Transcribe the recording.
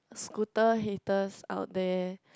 scooter haters out there